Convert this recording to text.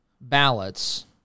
ballots